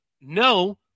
no